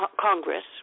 Congress